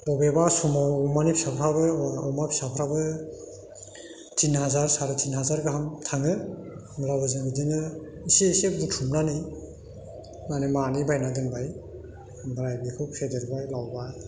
बबेबा समाव अमानि फिसाफ्राबो अमा फिसाफ्राबो तिन हाजार साराइ तिन हाजार गाहाम थाङो अब्लाबो जों बेदिनो एसे एसे बुथुमनानै माने मानै बायना दोनबाय ओमफ्राय बेखौ फेदेरबाय लावबाय